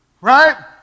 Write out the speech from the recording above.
right